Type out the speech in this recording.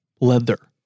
leather